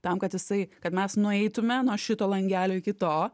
tam kad jisai kad mes nueitume nuo šito langelio iki to